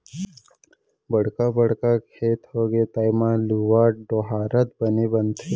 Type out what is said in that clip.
बड़का बड़का खेत होगे त एमा लुवत, डोहारत बने बनथे